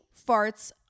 farts